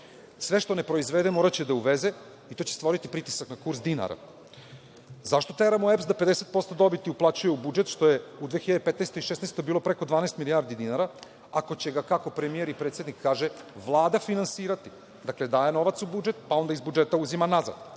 Sve što ne proizvede moraće da uveze i to će stvoriti pritisak na kurs dinara. Zašto teramo EPS da 50% dobiti uplaćuje u budžet što je u 2015. i 2016. godini bilo preko 12 milijardi dinara ako će ga, kako premijer i predsednik kaže, Vlada finansirati. Dakle, daje novac u budžet, pa onda iz budžeta uzima nazad,